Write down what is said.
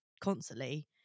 constantly